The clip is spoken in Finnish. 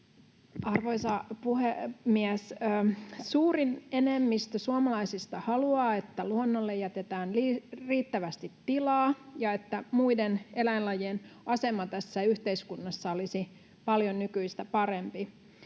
Arvoisa puhemies! Suurin enemmistö suomalaisista haluaa, että luonnolle jätetään riittävästi tilaa ja että muiden eläinlajien asema tässä yhteiskunnassa olisi paljon nykyistä parempi.